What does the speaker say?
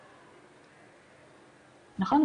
נכון.